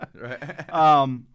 Right